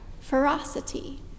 Ferocity